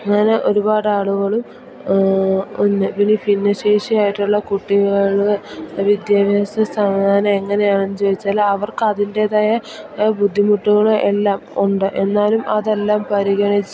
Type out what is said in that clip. അങ്ങനെ ഒരുപാടാളുകളും ഒന്ന് പിന്നെ ഭിന്നശേഷിയായിട്ടുള്ള കുട്ടികളുടെ വിദ്യാഭ്യാസ സംവിധാനം എങ്ങനെയാണെന്ന് ചോദിച്ചാല് അവർക്ക് അതിൻ്റെതായ ബുദ്ധിമുട്ടുകളെല്ലാമുണ്ട് എന്നാലും അതെല്ലാം പരിഗണിച്ച്